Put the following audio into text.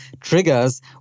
triggers